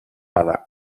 alla